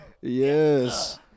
Yes